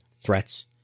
threats